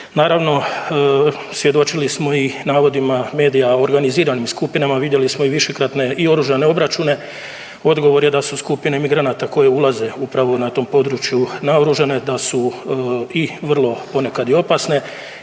Naravno svjedočili smo i navodima medija o organiziranim skupinama. Vidjeli smo i višekratne i oružane obračune. Odgovor je da su skupine migranata koje ulaze upravo na tom području naoružane, da su i vrlo ponekad i opasne